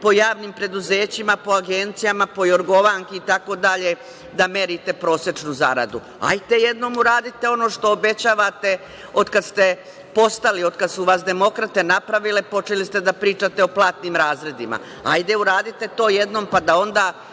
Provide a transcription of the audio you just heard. po javnim preduzećima, po agencijama, po Jorgovanki itd. da merite prosečnu zaradu. Hajde jednom uradite ono što obećavate od kada ste postali, od kada su vas demokrate napravile počeli ste da pričate o platnim razredima. Uradite to jednom, pa da onda